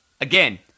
Again